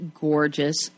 gorgeous